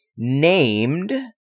named